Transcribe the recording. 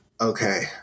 okay